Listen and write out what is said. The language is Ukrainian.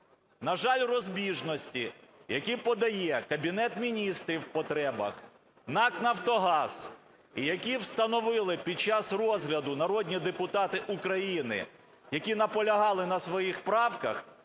На жаль, розбіжності, які подає Кабінет Міністрів в потребах, НАК "Нафтогаз" і які встановили, під час розгляду, народні депутати України, які наполягали на своїх правках,